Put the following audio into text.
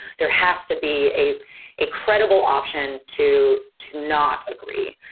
there has to be a a credible option to to not agree.